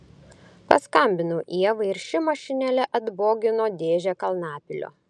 paskambinau ievai ir ši mašinėle atbogino dėžę kalnapilio